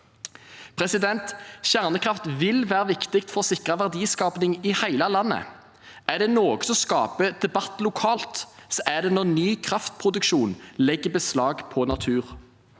kommer. Kjernekraft vil være viktig for å sikre verdiskaping i hele landet. Er det noe som skaper debatt lokalt, er det når ny kraftproduksjon legger beslag på natur.